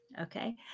okay